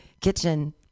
kitchen